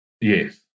Yes